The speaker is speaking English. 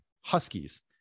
huskies